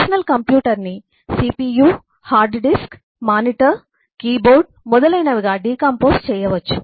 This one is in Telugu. పర్సనల్ కంప్యూటర్ని CPU hard disk monitor keyboard మొదలైనవిగా డికాంపొస్ చేయవచ్చు